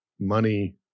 money